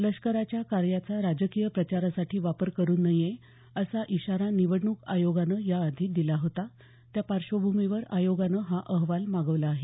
लष्कराच्या कार्याचा राजकीय प्रचारासाठी वापर करू नये असा इशारा निवडणूक आयोगानं याआधी दिला होता त्या पार्श्वभूमीवर आयोगानं हा अहवाल मागवला आहे